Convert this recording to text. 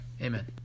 Amen